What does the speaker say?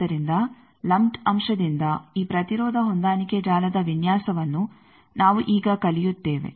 ಆದ್ದರಿಂದ ಲಂಪ್ಡ್ ಅಂಶದಿಂದ ಈ ಪ್ರತಿರೋಧ ಹೊಂದಾಣಿಕೆ ಜಾಲದ ವಿನ್ಯಾಸವನ್ನು ನಾವು ಈಗ ಕಲಿಯುತ್ತೇವೆ